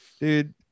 dude